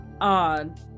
odd